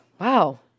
Wow